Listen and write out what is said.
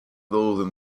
those